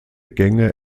gänge